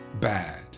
bad